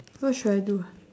what should I do ah